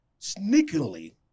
sneakily